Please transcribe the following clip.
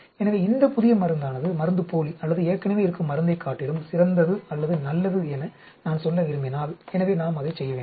எனவே இந்த புதிய மருந்தானது மருந்துப்போலி அல்லது ஏற்கனவே இருக்கும் மருந்தைக் காட்டிலும் சிறந்தது அல்லது நல்லது என நான் சொல்ல விரும்பினால் எனவே நாம் அதைச் செய்ய வேண்டும்